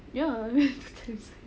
ya aku pergi Timezone